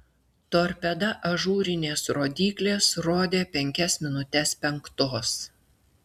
torpeda ažūrinės rodyklės rodė penkias minutes penktos